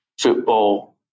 football